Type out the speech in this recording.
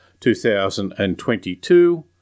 2022